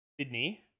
Sydney